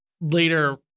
later